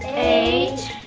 eight,